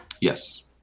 Yes